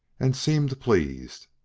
and seemed pleased.